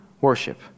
Worship